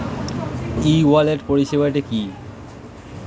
ই wallet পরিষেবাটি কি?